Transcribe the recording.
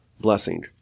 blessing